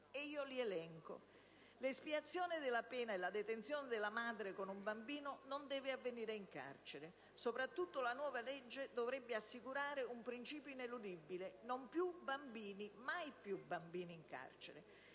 primo luogo, l'espiazione della pena e la detenzione della madre con bambino non devono avvenire in carcere e, soprattutto, la nuova legge dovrebbe assicurare un principio ineludibile: «non più bambini, mai più bambini in carcere».